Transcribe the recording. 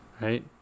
right